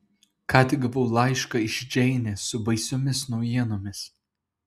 ką tik gavau laišką iš džeinės su baisiomis naujienomis